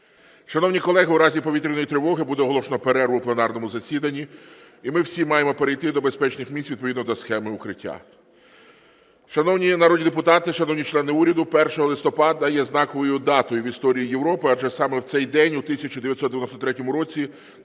Шановні колеги, у разі повітряної тривоги буде оголошено перерву в пленарному засіданні і ми всі маємо перейти до безпечних місць відповідно до схеми укриття. Шановні народні депутати, шановні члени уряду, 1 листопада є знаковою датою в історії Європи, адже саме в цей день у 1993 році